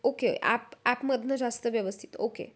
okay app ॲपमधनं जास्त व्यवस्थित ओके